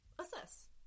assess